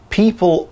people